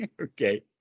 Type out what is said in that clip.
Okay